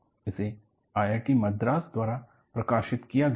इसे IIT मद्रास द्वारा प्रकाशित किया गया था